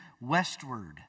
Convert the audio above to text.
westward